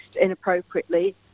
inappropriately